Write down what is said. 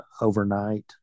overnight